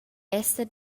esser